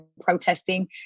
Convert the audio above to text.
protesting